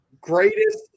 Greatest